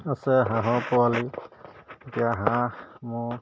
আছে হাঁহৰ পোৱালি এতিয়া হাঁহ মোৰ